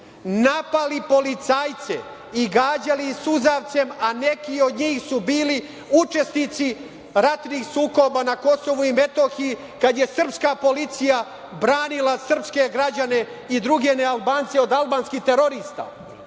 napali policajce i gađali suzavcem, a neki od njih su bili učesnici ratnih sukoba na KiM kada je srpska policija branila srpske građane i druge nealbance od albanskih terorista.